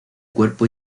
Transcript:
cuerpo